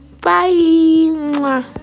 bye